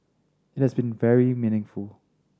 it has been very meaningful